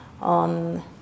on